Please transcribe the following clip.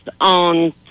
on